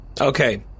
Okay